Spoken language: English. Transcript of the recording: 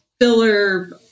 filler